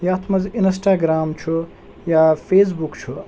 یَتھ منٛز اِنَسٹاگرٛام چھُ یا فیس بُک چھُ